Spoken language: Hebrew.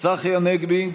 צחי הנגבי,